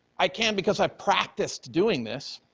i can because i practice doing this.